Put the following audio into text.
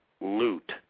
loot